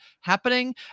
happening